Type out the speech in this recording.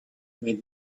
made